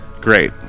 Great